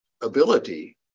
ability